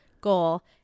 goal